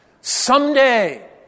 Someday